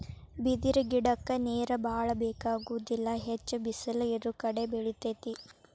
ಬಿದಿರ ಗಿಡಕ್ಕ ನೇರ ಬಾಳ ಬೆಕಾಗುದಿಲ್ಲಾ ಹೆಚ್ಚ ಬಿಸಲ ಇರುಕಡೆ ಬೆಳಿತೆತಿ